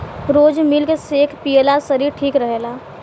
रोज milk shake पियला से शरीर ठीक रहेला